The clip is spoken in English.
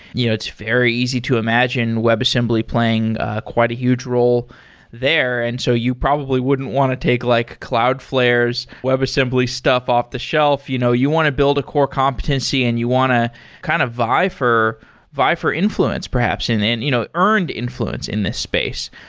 you know it's very easy to imagine web assembly playing quite a huge role there. and so you probably wouldn't want to take like cloudflares's web assembly stuff off the shelf. you know you want to build a core competency and you want to kind of vie for vie for influence perhaps and you know earned influence in this space.